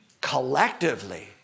collectively